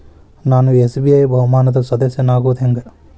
ನಾನು ಎಸ್.ಬಿ.ಐ ಬಹುಮಾನದ್ ಸದಸ್ಯನಾಗೋದ್ ಹೆಂಗ?